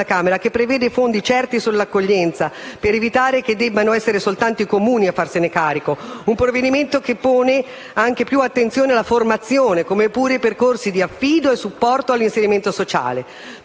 deputati, che prevede fondi certi per l'accoglienza, per evitare che debbano essere soltanto i Comuni a farsene carico. Si tratta di un provvedimento che pone anche più attenzione alla formazione, come pure ai percorsi di affido e supporto all'inserimento sociale.